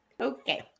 Okay